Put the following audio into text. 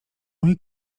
mój